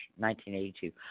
1982